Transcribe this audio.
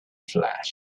flesh